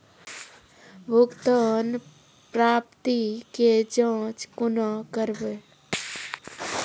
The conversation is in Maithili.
भुगतान प्राप्ति के जाँच कूना करवै?